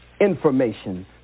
information